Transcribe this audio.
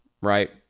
Right